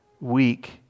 weak